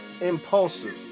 impulsive